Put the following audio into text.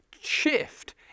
shift